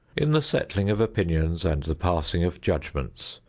in the settling of opinions and the passing of judgments,